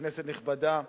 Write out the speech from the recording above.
כנסת נכבדה,